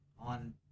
on